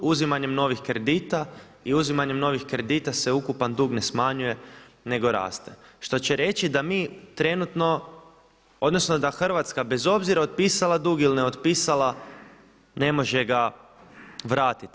Uzimanjem novih kredita i uzimanjem novih kredita se ukupan dug ne smanjuje nego raste što će reći da mi trenutno, odnosno da Hrvatska bez obzira otpisala dug ili ne otpisala ne može ga vratit.